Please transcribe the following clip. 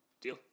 Deal